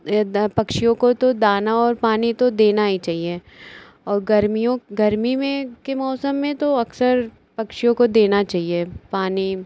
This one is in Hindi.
यह द पक्षियों को तो दाना और पानी तो देना ही चाहिए और गर्मियों गर्मी में के मौसम में तो अक्सर पक्षियों को देना चाहिए पानी